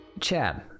Chad